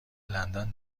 لندن